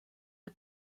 der